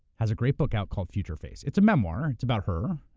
has a great book out called futureface. it's a memoir. it's about her.